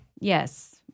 Yes